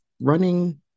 running